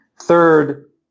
Third